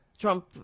Trump